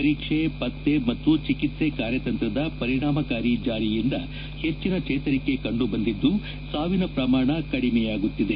ಪರೀಕ್ಷೆ ಪತ್ತೆ ಮತ್ತು ಚಿಕಿತ್ವೆ ಕಾರ್ಯತಂತ್ರದ ಪರಿಣಾಮಕಾರಿ ಜಾರಿಯಿಂದ ಹೆಚ್ಚನ ಚೇತರಿಕೆ ಕಂಡುಬಂದಿದ್ದು ಸಾವಿನ ಪ್ರಮಾಣ ಕಡಿಮೆಯಾಗುತ್ತಿದೆ